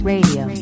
Radio